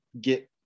get